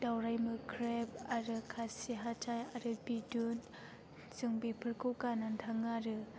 दावराय मोख्रेब आरो खासि हाथाय आरो बिदुन जों बेफोरखौ गाननानै थाङो आरो